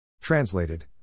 Translated